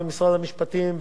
ומשרד המשפטים,